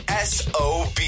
SOB